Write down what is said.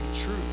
true